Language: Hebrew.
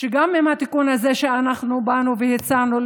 שגם עם התיקון הזה שבאנו והצענו,